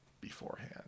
beforehand